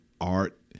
art